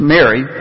Mary